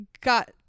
got